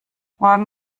morgen